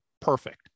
perfect